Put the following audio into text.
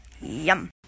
Yum